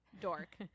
dork